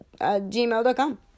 gmail.com